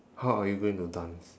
how are you going to dance